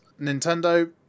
Nintendo